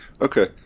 okay